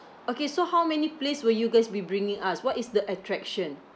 okay so how many place will you guys be bringing us what is the attraction